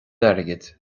airgid